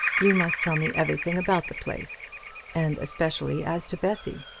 you must tell me everything about the place and especially as to bessy.